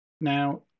Now